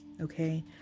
okay